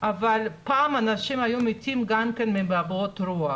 אבל פעם אנשים היו מתים גם כן מאבעבועות רוח